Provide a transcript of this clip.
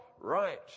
right